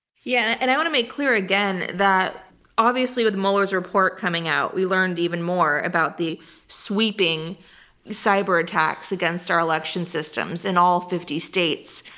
yeah, and i want to make clear again that obviously with mueller's report coming out we learned even more about the sweeping cyber-attacks against our election systems in all fifty states,